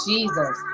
Jesus